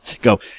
go